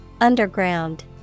Underground